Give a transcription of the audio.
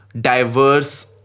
diverse